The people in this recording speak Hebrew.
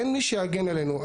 אין מי שיגן עלינו.